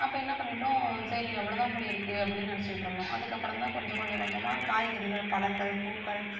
அப்போ என்னா பண்ணிட்டோம் சரி அவ்வளோதான் போலேருக்கு அப்படின்னு நினச்சிகிட்டு இருந்தோம் அதுக்கப்புறந்தான் கொஞ்சம் கொஞ்சம் கொஞ்சமாக காய்கறிகள் பழங்கள் பூக்கள்